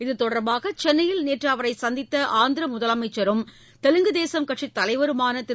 இது தொடர்பாக சென்னையில் நேற்று அவரை சந்தித்த ஆந்திர முதலமைச்சரும் தெலுங்கு தேசம் கட்சி தலைவருமான திரு